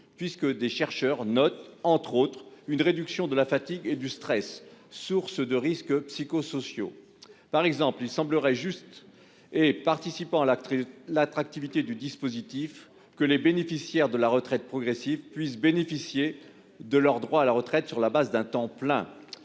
puisque des chercheurs ont noté, entre autres bienfaits, une réduction de la fatigue et du stress, sources de risques psychosociaux. Il nous semblerait juste et attractif pour le dispositif que les bénéficiaires de la retraite progressive puissent jouir de leurs droits à la retraite sur la base d'un temps plein.